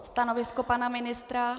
Stanovisko pana ministra?